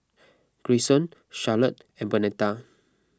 Grayson Charlotte and Bernetta